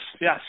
yes